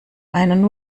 einen